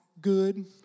good